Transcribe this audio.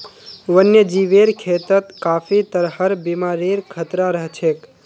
वन्यजीवेर खेतत काफी तरहर बीमारिर खतरा रह छेक